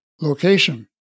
location